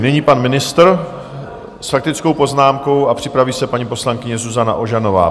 Nyní pan ministr s faktickou poznámkou a připraví se paní poslankyně Zuzana Ožanová.